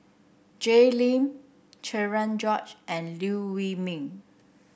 Jay Lim Cherian George and Liew Wee Mee